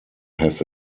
have